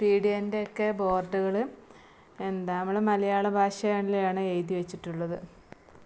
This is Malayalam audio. പീടികൻ്റെ ഒക്കെ ബോർഡുകൾ എന്താണ് നമ്മളെ മലയാള ഭാഷയിലാണ് എഴുതി വച്ചിട്ടുള്ളത്